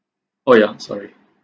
oh yeah sorry